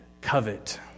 covet